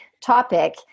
topic